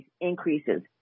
increases